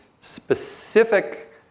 specific